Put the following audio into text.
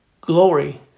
glory